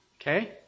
Okay